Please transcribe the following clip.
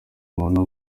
muntu